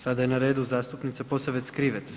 Sada je na redu zastupnica Posavec Krivec.